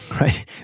right